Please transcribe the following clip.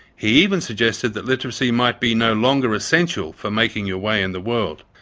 he even suggested that literacy might be no longer essential for making your way in the world.